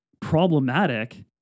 problematic